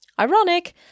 ironic